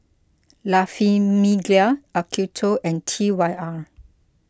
La Famiglia Acuto and T Y R